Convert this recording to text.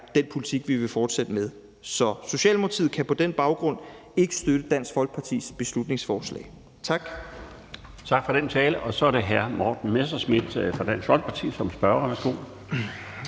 den politik, vi vil fortsætte med. Så Socialdemokratiet kan på den baggrund ikke støtte Dansk Folkepartis beslutningsforslag. Tak. Kl. 16:24 Den fg. formand (Bjarne Laustsen): Tak for den tale. Så er det hr. Morten Messerschmidt fra Dansk Folkeparti som spørger.